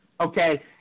okay